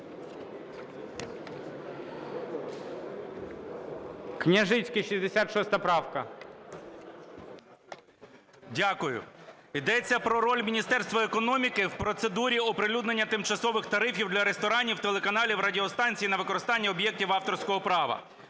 КНЯЖИЦЬКИЙ М.Л. Дякую. Йдеться про роль Міністерства економіки у процедурі оприлюднення тимчасових тарифів для ресторанів, телеканалів, радіостанцій на використання об'єктів авторського права.